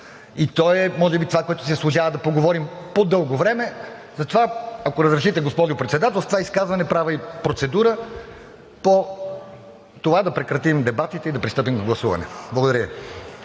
и той е може би това, за което си заслужава да поговорим по-дълго време. Затова, ако разрешите, госпожо Председател, с това изказване правя и процедура по това да прекратим дебатите и да пристъпим към гласуване. Благодаря